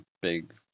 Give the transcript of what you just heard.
big